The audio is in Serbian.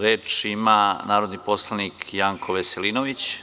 Reč ima narodni poslanik Janko Veselinović.